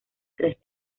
tres